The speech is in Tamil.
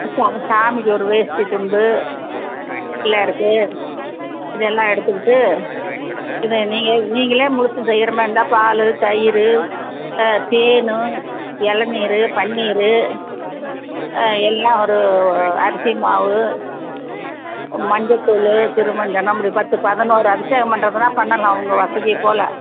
சா சாமிக்கொரு வேஷ்டி துண்டு பிள்ளையாருக்கு இதெல்லாம் எடுத்துக்கிட்டு நீங்கள் நீங்களே முழுசும் செய்கிற மாதிரி இருந்தால் பால் தயிர் ஆ தேன் இளநீரு பன்னீர் எல்லாம் ஒரு அரிசி மாவு மஞ்சத்தூள் திருமஞ்சனம் இப்படி பத்து பதினொரு அபிஷேகம் பண்ணுறதுன்னா பண்ணலாம் உங்கள் வசதியைப் போல்